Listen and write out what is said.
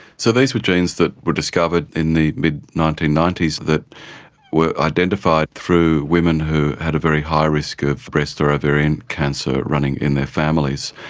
so these were genes that were discovered in the mid nineteen ninety s that were identified through women who had a very high risk of breast or ovarian cancer running in their families.